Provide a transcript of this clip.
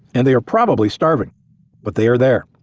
and they are probably starving but they are there.